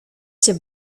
cię